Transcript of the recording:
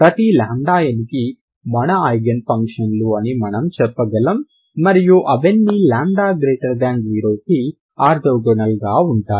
ప్రతీ n కి మన ఐగెన్ ఫంక్షన్లు అని మనము చెప్పగలం మరియు అవన్నీ λ0 కి ఆర్తోగోనల్గా ఉంటాయి